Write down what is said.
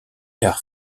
air